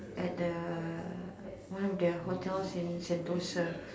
at the one of the hotels in Sentosa